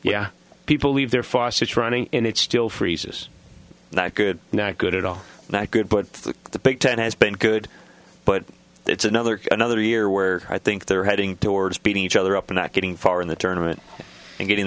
yeah people leave their faucets running and it's still freezes that good not good at all that good but the big ten has been good but it's another another year where i think they're heading towards beating each other up not getting far in the tournament and getting